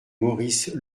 maurice